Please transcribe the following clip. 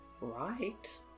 Right